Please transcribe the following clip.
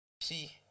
see